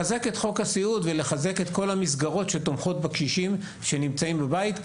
חיזוק חוק הסיעוד וחיזוק המסגרות שתומכות בקשישים שנמצאים בבית.